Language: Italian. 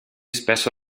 spesso